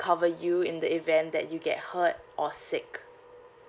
cover you in the event that you get hurt or sick